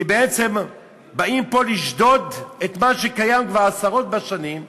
כי בעצם באים פה לשדוד את מה שקיים כבר עשרות בשנים,